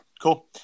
cool